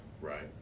Right